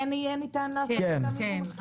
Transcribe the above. אלה מוצרים שכן יהיה ניתן לעשות איתם יבוא?